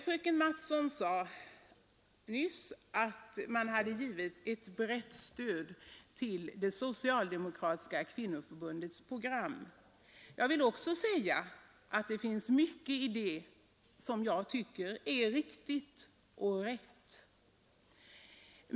Fröken Mattson sade nyss att man hade givit ett brett stöd till det socialdemokratiska kvinnoförbundets program. Jag vill också säga att det finns mycket i det som jag tycker är riktigt och rätt.